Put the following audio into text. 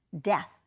Death